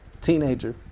teenager